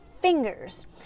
Fingers